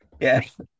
yes